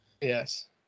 Yes